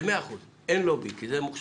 זה 100%, אין לובי, כי זה מוכש"ר.